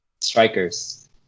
Strikers